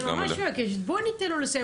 אני ממש מבקשת, בואו ניתן לו לסיים.